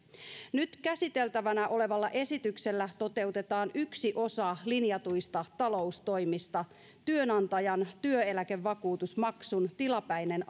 nyt käsiteltävänä olevalla esityksellä toteutetaan yksi osa linjatuista taloustoimista työnantajan työeläkevakuutusmaksun tilapäinen